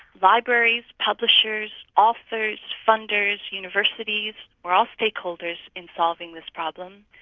libraries, publishers, authors, funders, universities, are all stakeholders in solving this problem,